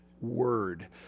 word